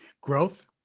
Growth